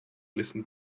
listen